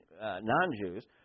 non-Jews